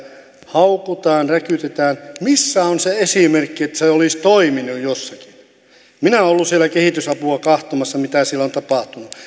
haukutaan räkytetään missä on se esimerkki että se olisi toiminut jossakin minä olen ollut siellä kehitysapua katsomassa mitä siellä on tapahtunut